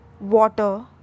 water